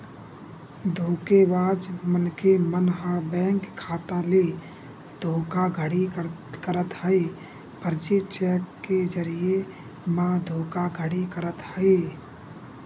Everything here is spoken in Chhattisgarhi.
धोखेबाज मनखे मन ह बेंक खाता ले धोखाघड़ी करत हे, फरजी चेक के जरिए म धोखाघड़ी करत हे